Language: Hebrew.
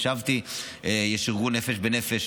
יש ארגון "נפש בנפש",